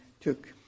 took